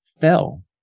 fell